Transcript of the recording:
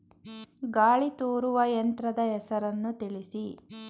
ಗಾಳಿ ತೂರುವ ಯಂತ್ರದ ಹೆಸರನ್ನು ತಿಳಿಸಿ?